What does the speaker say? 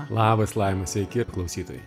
labas laima sveiki klausytojai